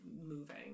moving